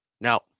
Now